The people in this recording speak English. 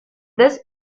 this